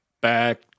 Back